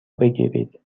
بگیرید